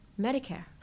Medicare